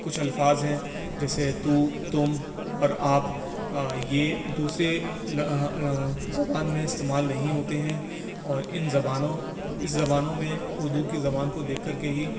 کچھ الفاظ ہیں جیسے تو تم اور آپ یہ دوسرے زبان میں استعمال نہیں ہوتے ہیں اور ان زبانوں اس زبانوں میں اردو کی زبان کو دیکھ کر کے ہی